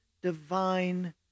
divine